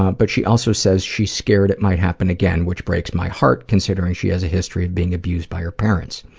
um but she also says she's scared it might happen again, which breaks my heart, considering she has a history of being abused by her parents.